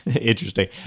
Interesting